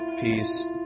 peace